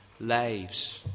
lives